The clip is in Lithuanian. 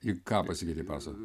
į ką pasikeitei pasą